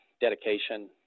dedication